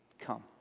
Come